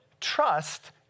trust